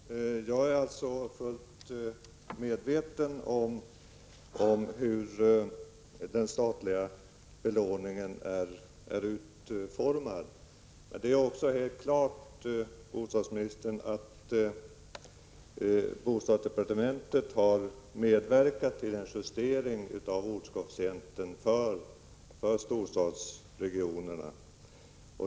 Herr talman! Jag är fullt medveten om hur den statliga belåningen är utformad. Men det är också helt klart, bostadsministern, att bostadsdepartementet har medverkat till en justering av ortskoefficienten för storstadsregionerna.